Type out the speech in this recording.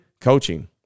coaching